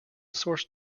source